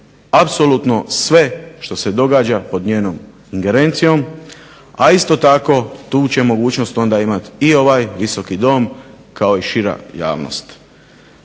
apsolutno sve što se događa pod njenom ingerencijom, a isto tako tu će mogućnosti onda imati i ovaj Visoki dom kao i šira javnost.